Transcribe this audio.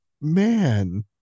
man